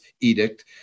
edict